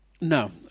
No